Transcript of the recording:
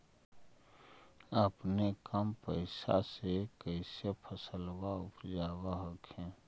अपने कम पैसा से कैसे फसलबा उपजाब हखिन?